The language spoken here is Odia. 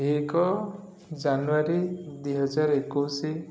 ଏକ ଜାନୁଆରୀ ଦୁଇହଜାର ଏକୋଇଶି